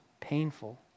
painful